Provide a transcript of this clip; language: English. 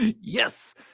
Yes